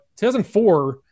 2004